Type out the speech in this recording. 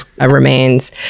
remains